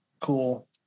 cool